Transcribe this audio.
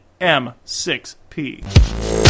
M6P